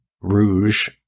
rouge